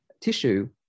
tissue